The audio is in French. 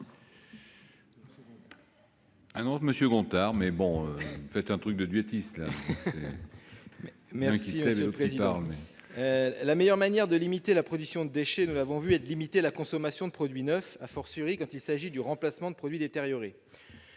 La meilleure manière de limiter la production de déchets est de limiter la consommation de produits neufs, quand il s'agit du remplacement de produits détériorés.